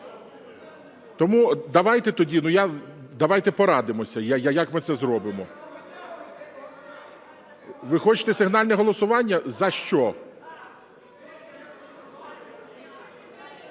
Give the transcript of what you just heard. тоді…Давайте порадимося, як ми це зробимо. Ви хочете сигнальне голосування? За що?